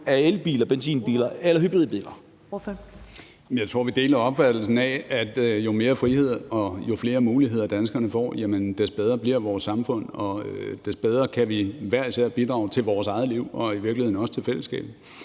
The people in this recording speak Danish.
Ellemann-Jensen (V) : Jeg tror, vi deler opfattelsen af, at jo mere frihed og jo flere muligheder danskerne får, des bedre bliver vores samfund, og des bedre kan vi hver især bidrage til vores eget liv og jo i virkeligheden også til fællesskabet,